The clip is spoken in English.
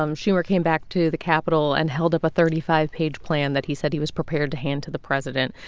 um schumer came back to the capitol and held up a thirty five page plan that he said he was prepared to hand to the president.